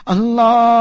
Allah